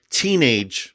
teenage